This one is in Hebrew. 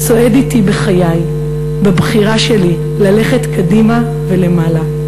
הצועד אתי בחיי, בבחירה שלי ללכת קדימה ולמעלה.